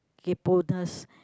kayponess